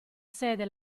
sede